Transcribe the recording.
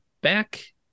back